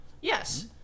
Yes